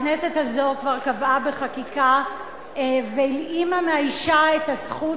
הכנסת הזאת כבר קבעה בחקיקה והלאימה מהאשה את הזכות